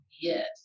Yes